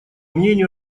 мнению